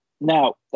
Now